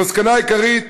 המסקנה העיקרית